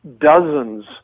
dozens